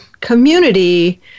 community